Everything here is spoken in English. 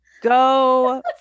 go